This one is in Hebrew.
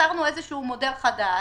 יצרנו איזשהו מודל חדש,